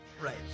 Right